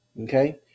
Okay